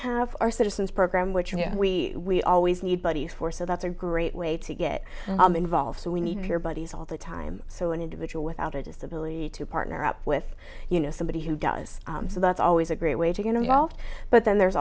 have our citizens program which you know we always need buddies for so that's a great way to get involved so we need your buddies all the time so an individual without a disability to partner up with you know somebody who does so that's always a great way to get involved but then there's